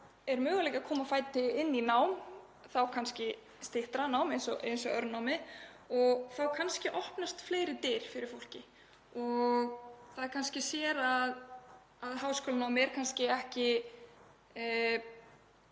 er möguleiki að koma á fót námi, þá kannski styttra námi eins og örnámi, og þá kannski opnast fleiri dyr fyrir fólki og það sér að háskólanám er kannski ekki